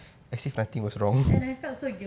and I felt so